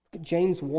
James